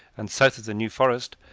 and south of the new forest,